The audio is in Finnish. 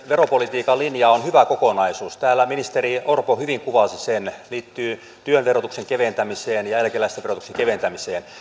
veropolitiikan linja on hyvä kokonaisuus täällä ministeri orpo hyvin kuvasi sen liittyy työn verotuksen keventämiseen ja eläkeläisten verotuksen keventämiseen